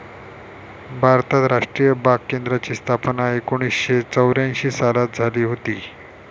भारतात राष्ट्रीय बाग केंद्राची स्थापना एकोणीसशे चौऱ्यांशी सालात झाली हुती